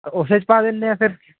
ਓਸ 'ਚ ਪਾ ਦਿੰਦੇ ਹੈ ਫ਼ਿਰ